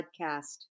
podcast